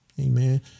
Amen